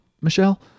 Michelle